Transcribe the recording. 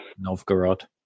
Novgorod